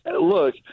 look